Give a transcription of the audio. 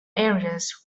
areas